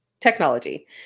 Technology